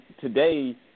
today